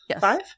five